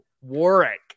Warwick